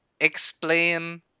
explain